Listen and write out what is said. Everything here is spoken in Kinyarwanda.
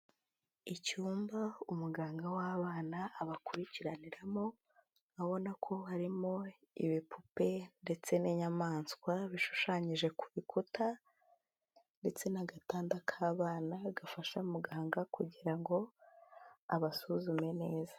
Icyumba umuganga w'abana abakurikiraniramo, urabona ko harimo ibipupe ndetse n'inyamaswa bishushanyije ku rukuta ndetse n'agatanda k'abana gafasha muganga kugira ngo abasuzume neza.